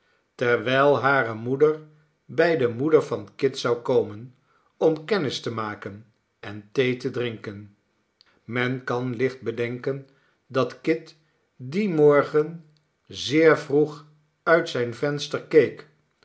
terwijl hare moeder bij de moeder van kit zou komen om kennis te maken en thee te drinken men kan licht bedenken dat kit dien morgen zeer vroeg uit zijn venster